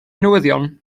newyddion